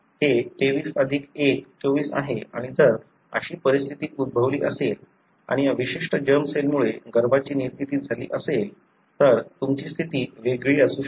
हे 23 अधिक 1 24 आहे आणि जर अशी परिस्थिती उद्भवली असेल आणि या विशिष्ट जर्म सेलमुळे गर्भाची निर्मिती झाली असेल तर तुमची स्थिती वेगळी असू शकते